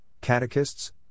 catechists